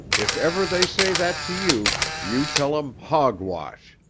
if ever they say that to you, you tell em, hogwash.